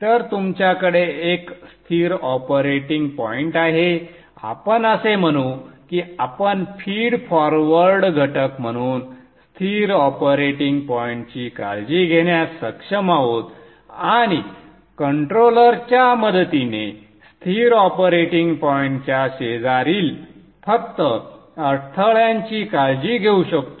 तर तुमच्याकडे एक स्थिर ऑपरेटिंग पॉइंट आहे आपण असे म्हणू की आपण फीड फॉरवर्ड घटक म्हणून स्थिर ऑपरेटिंग पॉइंटची काळजी घेण्यास सक्षम आहोत आणि कंट्रोलरच्या मदतीने स्थिर ऑपरेटिंग पॉईंटच्या शेजारील फक्त अडथळ्यांची काळजी घेऊ शकतो